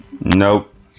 Nope